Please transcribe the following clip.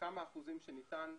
כמה אחוזים שניתן.